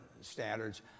standards